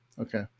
Okay